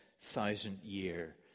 thousand-year